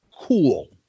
cool